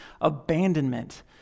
abandonment